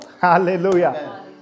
hallelujah